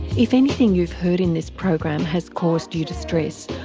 if anything you've heard in this program has caused you distress,